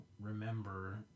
remember